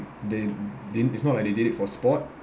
they didn't it's not like they did it for sport